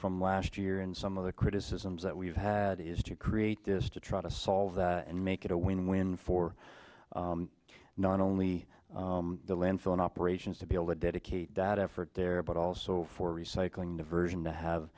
from last year and some of the criticisms that we've had is to create this to try to solve and make it a win win for not only the landfill in operations to be able to dedicate that effort there but also for recycling diversion to have